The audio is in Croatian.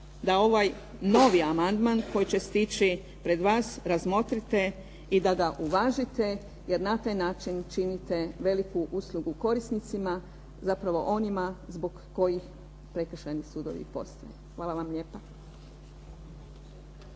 da ovaj novi amandman koji će stići pred vas razmotrite i da ga uvažite jer na taj način činite veliku uslugu korisnicima, zapravo onima zbog kojih prekršajni sudovi postoje. Hvala vam lijepa.